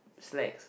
slacks